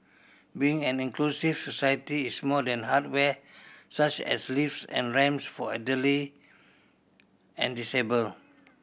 being an inclusive society is more than hardware such as lifts and ramps for elderly and disabled